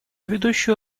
ведущую